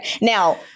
Now